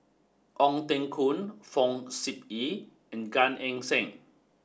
Ong Teng Koon Fong Sip Chee and Gan Eng Seng